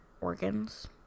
organs